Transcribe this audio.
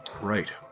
Right